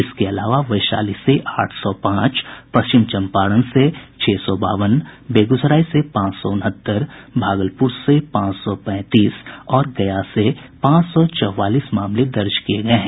इसके अलावा वैशाली से आठ सौ पांच पश्चिम चंपारण से छह सौ बावन बेगूसराय से पांच सौ उनहतर भागलपुर से पांच सौ पैंतीस और गया से पांच सौ चौवालीस मामले दर्ज किए गए हैं